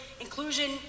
inclusion